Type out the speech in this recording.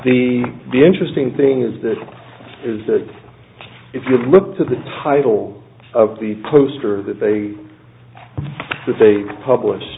the the interesting thing is that is that if you look to the title of the poster that they that they publish